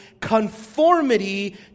conformity